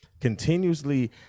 continuously